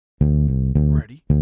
Ready